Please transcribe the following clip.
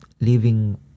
living